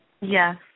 Yes